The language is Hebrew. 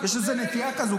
יש איזה נטייה כזאת,